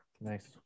nice